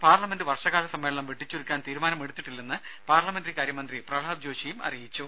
parliament വർഷകാല സമ്മേളനം വെട്ടിച്ചുരുക്കാൻ തീരുമാനമെടുത്തിട്ടില്ലെന്ന് പാർലമെന്ററി കാര്യ മന്ത്രി പ്രഹ്ലാദ് ജോഷി അറിയിച്ചു